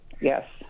Yes